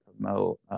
promote